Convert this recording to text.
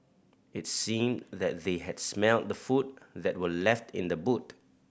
it seemed that they had smelt the food that were left in the boot